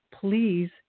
please